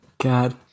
God